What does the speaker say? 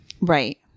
Right